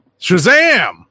shazam